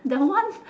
that one